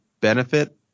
benefit